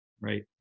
right